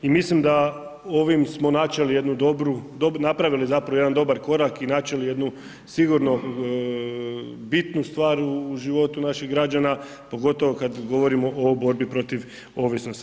I mislim da ovim smo načeli jednu dobru, napravili zapravo jedan dobar korak i načeli jednu sigurno bitnu stvar u životu naših građana pogotovo kad govorimo o borbi protiv ovisnosti.